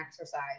exercise